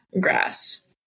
grass